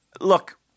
look